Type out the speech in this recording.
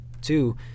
two